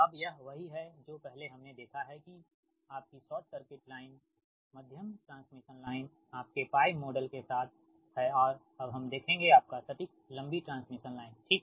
अबयह वही है जो पहले हमने देखा है आपकी शॉर्ट सर्किट लाइन मध्यम ट्रांसमिशन लाइन में आपके मॉडल के साथ है और अब हम देखेंगे आपका सटीक लंबी ट्रांसमिशन लाइन ठीक